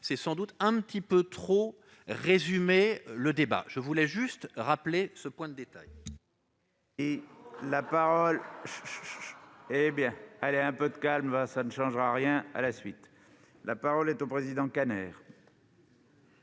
c'est sans doute un peu trop résumer le débat. Je tenais à rappeler ce point de détail.